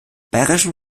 bayerischen